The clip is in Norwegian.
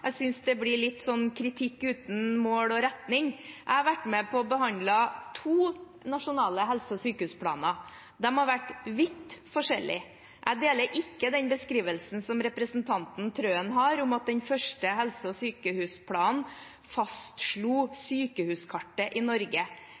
Jeg synes det blir kritikk uten mål og retning. Jeg har vært med på å behandle to nasjonale helse- og sykehusplaner. De har vært vidt forskjellige. Jeg deler ikke den beskrivelsen som representanten Wilhelmsen Trøen har om at den første helse- og sykehusplanen fastslo